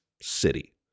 city